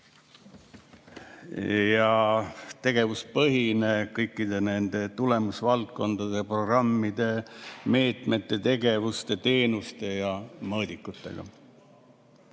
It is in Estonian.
ja tegevuspõhine kõikide nende tulemusvaldkondade, programmide, meetmete, tegevuste, teenuste ja